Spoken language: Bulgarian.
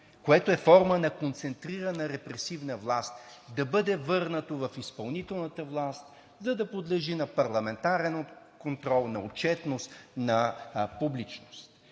което е форма на концентрирана репресивна власт, да бъде върнато в изпълнителната власт, за да подлежи на парламентарен контрол, на отчетност, на публичност.